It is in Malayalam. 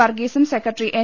വർഗീസും് സെക്രട്ടറി എൻ